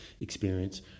experience